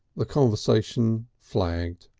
the conversation flagged.